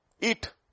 eat